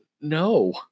no